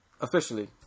Officially